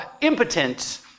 impotent